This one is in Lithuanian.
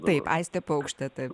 taip aistė paukštė taip